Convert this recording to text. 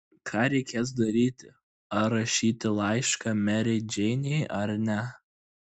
ką reikės daryti ar rašyti laišką merei džeinei ar ne